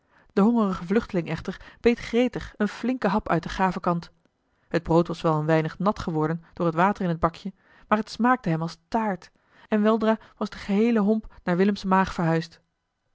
de hongerige vluchteling echter beet gretig een flinken hap uit den gaven kant t brood was wel een weinig nat geworden door het water in het bakje maar t smaakte hem als taart en weldra was de geheele homp naar willems maag verhuisd